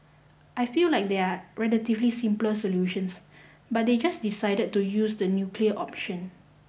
I feel like there are relatively simpler solutions but they just decided to use the nuclear option